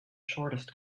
shortest